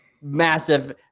Massive